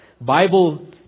Bible